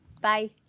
Bye